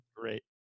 Great